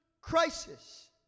crisis